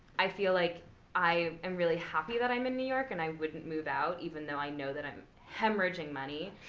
i feel like i am really happy that i'm in new york, and i wouldn't move out even though i know that i'm hemorrhaging money.